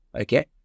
okay